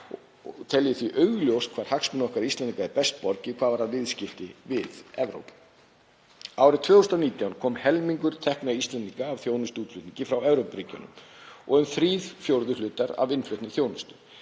Tel ég því augljóst hvar hagsmunum okkar Íslendinga er best borgið hvað varðar viðskipti við Evrópu. Árið 2019 kom helmingur tekna Íslendinga af þjónustuútflutningi frá Evrópuríkjunum og um þrír fjórðu hlutar af innfluttri þjónustu.